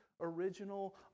original